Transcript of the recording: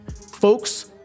folks